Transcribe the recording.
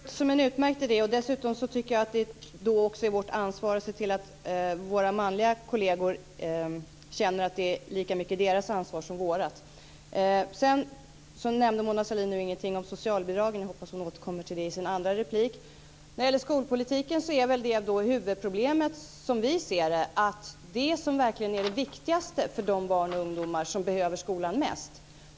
Fru talman! Jag tycker att det låter som en utmärkt idé. Dessutom tycker jag att det då också är vårt ansvar att se till att våra manliga kolleger känner att det är lika mycket deras ansvar som vårt. Mona Sahlin nämnde ingenting om socialbidragen. Jag hoppas att hon återkommer till dem i sitt nästa inlägg. När det gäller skolpolitiken är väl huvudproblemet, som vi ser det, att ni så att säga släpper i fråga om det som verkligen är det viktigaste för de barn och ungdomar som behöver skolan mest.